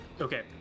okay